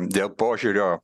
dėl požiūrio